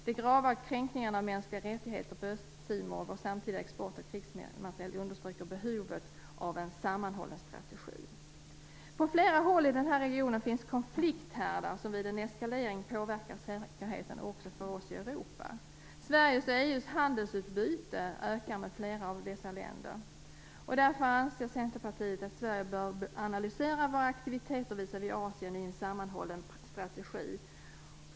De grava kränkningarna av mänskliga rättigheter på Östtimor och vår samtidiga export av krigsmateriel understryker behovet av en sammanhållen strategi. På flera håll i den här regionen finns konflikthärdar som vid en eskalering påverkar säkerheten också för oss i Europa. Sveriges och EU:s handelsutbyte ökar med flera av dessa länder. Därför anser Centerpartiet att Sverige bör analysera våra aktiviteter visavi Asien i en sammanhållen strategi.